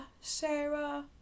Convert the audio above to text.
Sarah